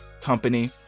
company